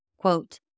Quote